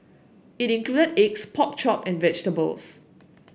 it included eggs pork chop and vegetables